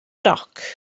roc